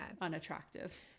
unattractive